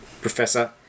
professor